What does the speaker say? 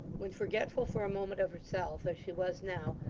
when, forgetful for a moment of herself, as she was now,